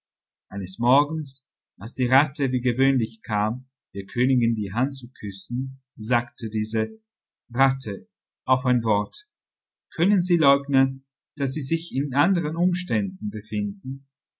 eines morgens als die ratte wie gewöhnlich kam der königin die hand zu küssen sagte diese ratte auf ein wort können sie leugnen daß sie sich in anderen umständen befinden